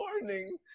morning